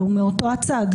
שזה אותו הצד,